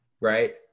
right